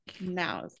Now